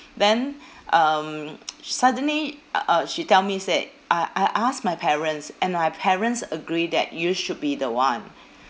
then um suddenly uh uh she tell me said I I asked my parents and my parents agree that you should be the one